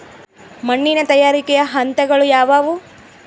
ಮಣ್ಣಿನ ತಯಾರಿಕೆಯ ಹಂತಗಳು ಯಾವುವು?